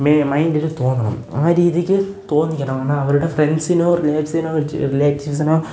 മൈൻഡില് തോന്നണം ആ രീതിക്ക് തോന്നിക്കണം കാരണം അവരുടെ ഫ്രെണ്ട്സിനോ മറ്റ് റിലേറ്റീവ്സിനോ